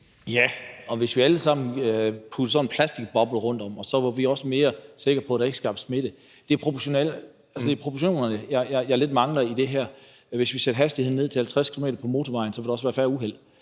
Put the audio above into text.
Ja, og hvis vi alle sammen puttede sådan en plastikboble rundt om os, var vi også mere sikre på, at der ikke blev skabt smitte. Det er proportionerne, jeg lidt mangler i det her. Hvis vi satte hastigheden ned til 50 km på motorvejen, ville der også være færre uheld.